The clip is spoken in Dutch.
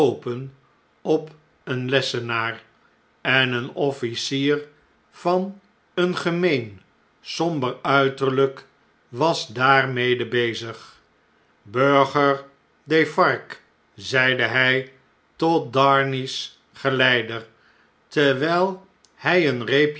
op een lessenaar en een officier van een gemeen somber uiterlijk was daarmede bezig burger defarge zeide hij tot darnay's geleider terwijl hij een reepje